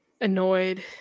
Annoyed